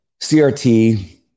CRT